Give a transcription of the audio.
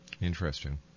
Interesting